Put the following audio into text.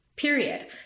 Period